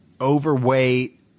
overweight